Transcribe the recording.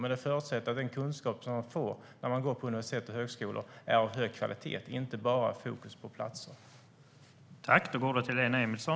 Men det förutsätter att den kunskap som studenter får när de går på universitet och högskolor är av hög kvalitet och att fokus inte bara är på platser.